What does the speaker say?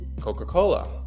Coca-Cola